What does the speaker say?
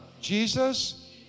Jesus